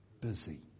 busy